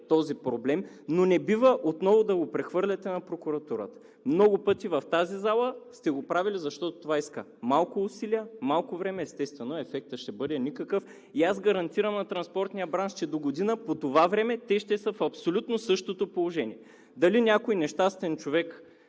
този проблем, но не бива отново да го прехвърляте на прокуратурата. Много пъти в тази зала сте го правили, защото това иска малко усилия, малко време, а, естествено, ефектът ще бъде никакъв и аз гарантирам на транспортния бранш, че догодина по това време те ще са в абсолютно същото положение – дали някой нещастен човек